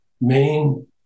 main